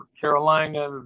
Carolina